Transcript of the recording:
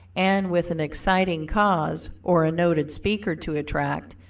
and with an exciting cause, or a noted speaker to attract,